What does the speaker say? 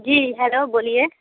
जी hello बोलिए